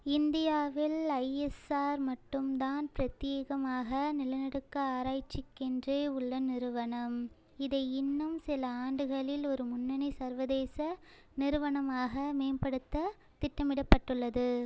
இந்தியாவில் ஐஎஸ்ஆர் மட்டும் தான் பிரத்யேகமாக நிலநடுக்க ஆராய்ச்சிக்கென்றே உள்ள நிறுவனம் இதை இன்னும் சில ஆண்டுகளில் ஒரு முன்னணி சர்வதேச நிறுவனமாக மேம்படுத்த திட்டமிடப்பட்டுள்ளது